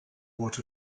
what